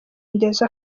indezo